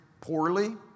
poorly